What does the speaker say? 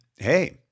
Hey